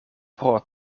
pro